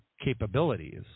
capabilities